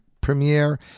premiere